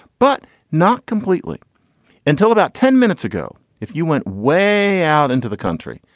but not completely until about ten minutes ago. if you went way out into the country,